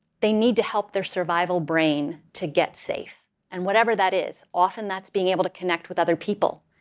they need to help their survival brain to get safe and whatever that is. often that's being able to connect with other people.